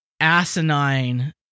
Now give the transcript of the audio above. asinine